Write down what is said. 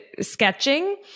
sketching